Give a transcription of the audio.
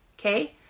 Okay